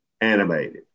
animated